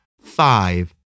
five